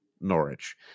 Norwich